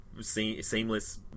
seamless